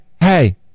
hey